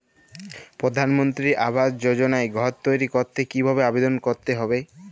প্রধানমন্ত্রী আবাস যোজনায় ঘর তৈরি করতে কিভাবে আবেদন করতে হবে?